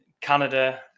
Canada